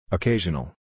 Occasional